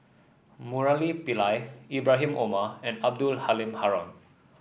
Murali Pillai Ibrahim Omar and Abdul Halim Haron